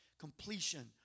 completion